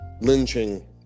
lynching